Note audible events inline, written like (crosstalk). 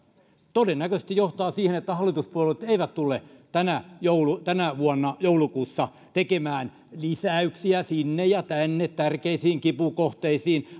todennäköisesti se johtaa siihen että hallituspuolueet eivät tule tänä vuonna joulukuussa tekemään lisäyksiä sinne ja tänne tärkeisiin kipukohteisiin (unintelligible)